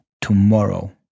tomorrow